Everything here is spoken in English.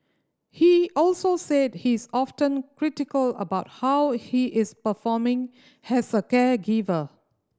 he also said he is often critical about how he is performing as a caregiver